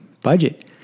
budget